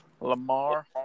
Lamar